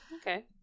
Okay